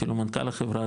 אפילו מנכ"ל החברה,